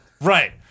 Right